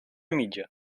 mitja